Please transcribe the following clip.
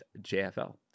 JFL